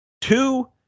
Two